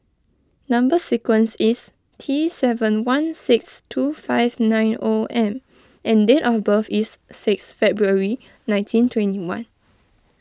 Number Sequence is T seven one six two five nine O M and date of birth is six February nineteen twenty one